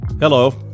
Hello